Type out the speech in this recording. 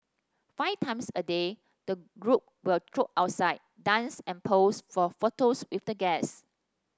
five times a day the group will trot outside dance and pose for photos with the guests